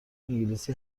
انگلیسی